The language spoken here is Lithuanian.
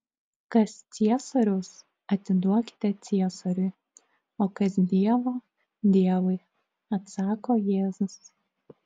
kas ciesoriaus atiduokite ciesoriui o kas dievo dievui atsako jėzus